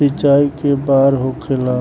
सिंचाई के बार होखेला?